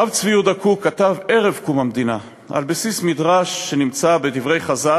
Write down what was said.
הרב צבי יהודה קוק כתב ערב קום המדינה על בסיס מדרש שנמצא בדברי חז"ל: